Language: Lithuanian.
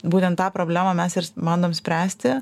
būtent tą problemą mes bandom spręsti